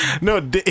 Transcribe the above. No